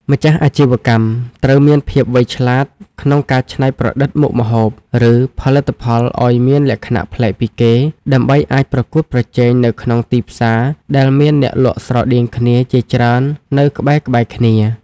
ម្ចាស់អាជីវកម្មត្រូវមានភាពវៃឆ្លាតក្នុងការច្នៃប្រឌិតមុខម្ហូប ឬផលិតផលឱ្យមានលក្ខណៈប្លែកពីគេ ដើម្បីអាចប្រកួតប្រជែងនៅក្នុងទីផ្សារដែលមានអ្នកលក់ស្រដៀងគ្នាជាច្រើននៅក្បែរៗគ្នា។